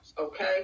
okay